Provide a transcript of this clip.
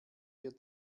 wir